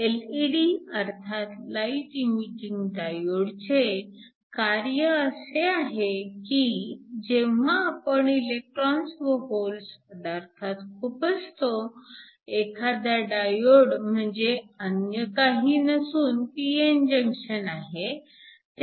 LED अर्थात light emitting डायोडचे कार्य असे आहे की जेव्हा आपण इलेकट्रोन्स व होल पदार्थात खुपसतो एखादा डायोड म्हणजे अन्य काही नसून p n जंक्शन आहे